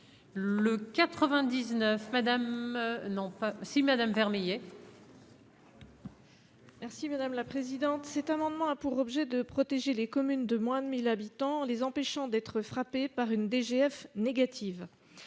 pas si Madame Vermeillet. Merci madame la présidente, cet amendement a pour objet de protéger les communes de moins de 1000 habitants, les empêchant d'être frappé par une DGF négative